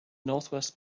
northwest